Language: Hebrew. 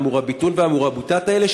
ה"מוראביטון" וה"מוראביטאת" האלה,